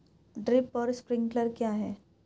Drip और sprinkler क्या हैं?